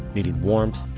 needing warmth,